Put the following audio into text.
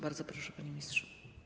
Bardzo proszę, panie ministrze.